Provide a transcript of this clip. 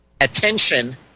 attention